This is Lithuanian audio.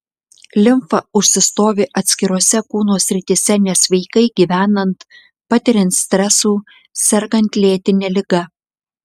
limfa užsistovi atskirose kūno srityse nesveikai gyvenant patiriant stresų sergant lėtine liga